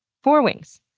four wings!